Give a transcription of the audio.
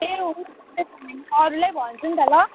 ए हुन्छ त्यसो भने म अरूलाई भन्छु नि त ल